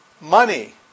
money